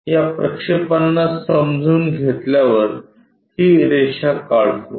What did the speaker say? या प्रक्षेपांना समजून घेतल्यावर ही रेषा काढू